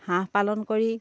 হাঁহ পালন কৰি